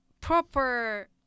proper